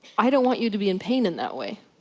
i don't want you to be in pain in that way.